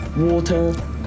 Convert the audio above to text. Water